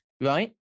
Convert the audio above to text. right